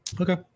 Okay